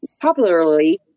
popularly